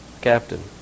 captain